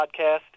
podcast